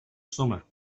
summer